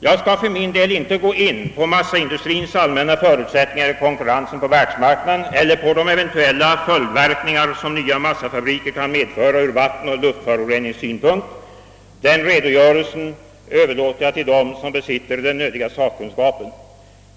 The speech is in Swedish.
Jag skall för min del inte gå in på massaindustriens allmänna förutsättningar i konkurrensen på världsmarknaden eller på de eventuella följdverkningar som nya massafabriker kan medföra ur vattenoch luftföroreningssynpunkt — den redogörelsen överlåter jag till dem som besitter den nödvändiga sakkunskapen.